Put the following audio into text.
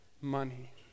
money